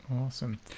Awesome